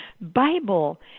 Bible